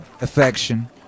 affection